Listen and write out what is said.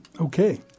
Okay